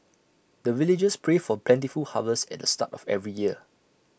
the villagers pray for plentiful harvest at the start of every year